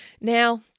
Now